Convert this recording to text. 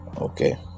Okay